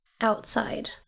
outside